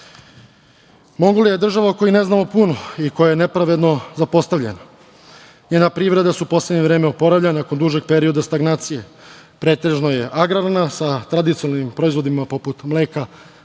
je država o kojoj ne znamo puno i koja je nepravedno zapostavljena. Njena privreda se u poslednje vreme oporavlja nakon dužeg perioda stagnacije. Pretežno je agrarna, sa tradicionalnim proizvodima, poput mleka,